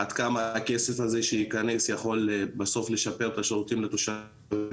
עד כמה הכסף הזה שייכנס יכול בסוף לשפר את השירותים לתושבים.